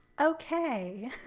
okay